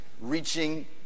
reaching